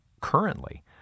currently